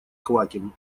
квакин